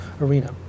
arena